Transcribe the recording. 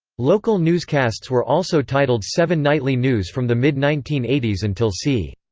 local newscasts were also titled seven nightly news from the mid nineteen eighty s until c.